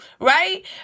right